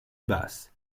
bass